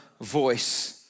voice